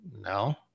no